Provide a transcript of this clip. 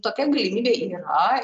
tokia galimybė yra